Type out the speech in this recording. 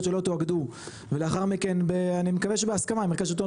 שלא תואגדו ולאחר מכן אני מקווה שבהסכמה מרכז השלטון